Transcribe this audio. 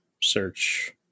Search